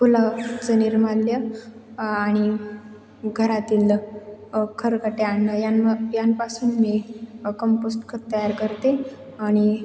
फुलाचं निर्माल्य आणि घरातील खरकटं अन्न यां यांपासून मी कंपोस्ट खत तयार करते आणि